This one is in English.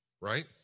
right